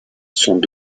sont